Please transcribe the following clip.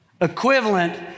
equivalent